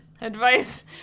Advice